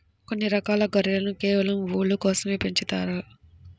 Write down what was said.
కొన్ని రకాల గొర్రెలను కేవలం ఊలు కోసమే పెంచుతారు